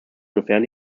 sofern